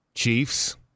Chiefs